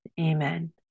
Amen